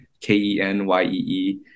K-E-N-Y-E-E